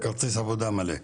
כרטיס עבודה מלא.